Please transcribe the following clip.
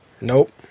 Nope